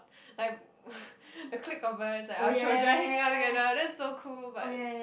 like the clique of us our children hanging out together that's so cool but